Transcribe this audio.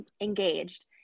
engaged